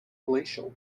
glacial